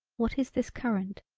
what is this current.